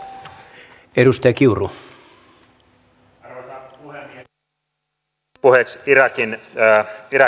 tässä tuli aikaisemmin puheeksi irak lähtömaana